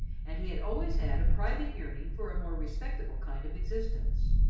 and he had always had a private yearning for a more respectable kind of existence.